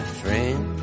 friend